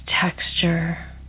texture